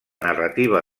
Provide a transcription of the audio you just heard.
narrativa